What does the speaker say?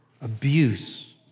abuse